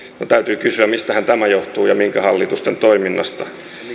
no täytyy kysyä mistähän tämä johtuu ja minkä hallitusten toiminnasta